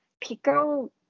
pickle